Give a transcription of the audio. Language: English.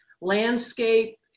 landscape